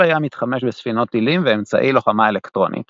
חיל הים התחמש בספינות טילים ואמצעי לוחמה אלקטרונית.